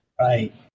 right